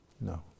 No